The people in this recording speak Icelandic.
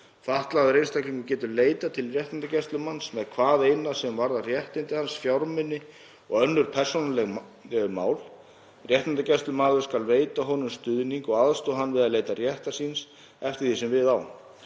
Fatlaður einstaklingur getur leitað til réttindagæslumanns með hvaðeina sem varðar réttindi hans, fjármuni og önnur persónuleg mál. Réttindagæslumaður skal veita honum stuðning og aðstoða hann við að leita réttar síns eftir því sem við á.